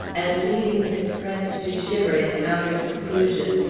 and leaving his friend to shiver in outer seclusion,